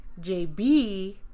JB